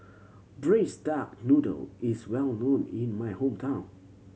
Braised Duck Noodle is well known in my hometown